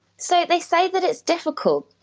so, they say that it's difficult.